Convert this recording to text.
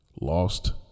lost